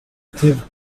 teve